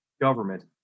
government